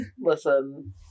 listen